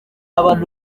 abantu